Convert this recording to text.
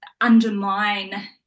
undermine